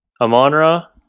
Amonra